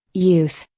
youth,